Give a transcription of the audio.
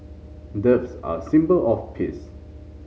doves are a symbol of peace